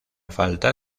falta